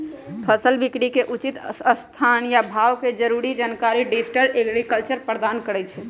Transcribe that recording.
फसल बिकरी के उचित स्थान आ भाव के जरूरी जानकारी डिजिटल एग्रीकल्चर प्रदान करहइ